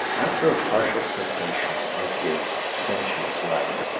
after a partial cessation of his sensuous life,